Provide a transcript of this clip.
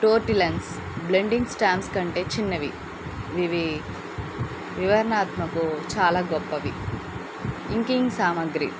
tortillons blending stamps కంటే చిన్నవి ఇవి వివరణాత్మకు చాలా గొప్పవి ఇంకింగ్ సామాగ్రి